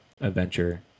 adventure